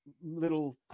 little